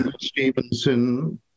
Stevenson